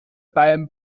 beim